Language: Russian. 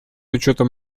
учетом